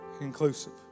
inclusive